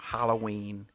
Halloween